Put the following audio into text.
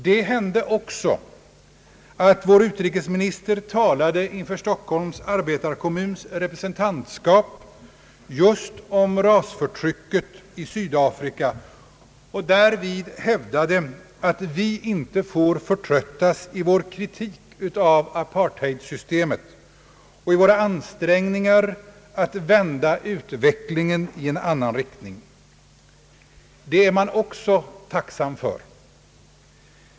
Det hände också att vår utrikesminister talade inför Stockholms arbetarekommuns representantskap om rasförtrycket i Sydafrika och därvid hävdade att vi inte får förtröttas i vår kritik av apartheidsystemet och i våra ansträngningar att vända utvecklingen i en annan riktning. Det är man också tacksam för.